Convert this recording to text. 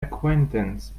acquaintances